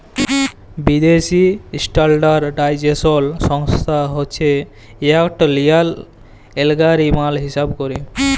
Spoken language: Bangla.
বিদ্যাসি ইস্ট্যাল্ডার্ডাইজেশল সংস্থা হছে ইকট লিয়লত্রলকারি মাল হিঁসাব ক্যরে